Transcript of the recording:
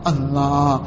Allah